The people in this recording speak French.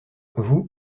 vous